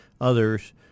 others